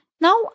now